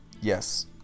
Yes